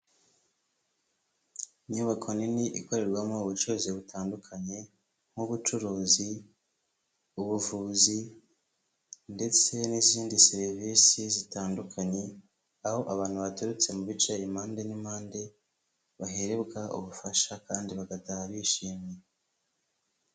Inyubako nini ikorerwamo ubucuruzi butandukanye nk'ubucuruzi, ubuvuzi ndetse n'izindi serivisi zitandukanye, aho abantu baturutse mu bice impande n'impande baherebwa ubufasha kandi bagataha bishimye.